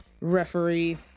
referee